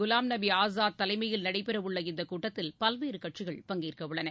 குலாம் நபி ஆஸாத் தலைமையில் நடைபெறவுள்ள இந்தக் கூட்டத்தில் பல்வேறு கட்சிகள் பங்கேற்கவுள்ளன